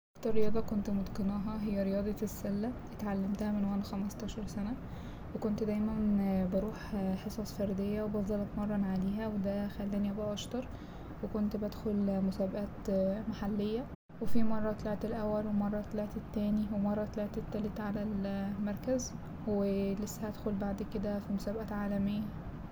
أكتر رياضة كنت متقناها هي رياضة السلة اتعلمتها من وأنا خمستاشر سنة وكنت دايما بروح حصص فردية وبفضل اتمرن عليها وده خلاني أبقى اشطر وكنت بدخل مسابقات محلية وفي مرة طلعت الأول ومرة طلعت التاني ومرة طلعت التالت على المركز ولسه هدخل بعد كده في مسابقات عالمية.